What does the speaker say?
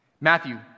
Matthew